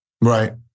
right